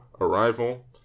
Arrival